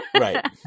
right